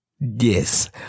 Yes